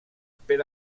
per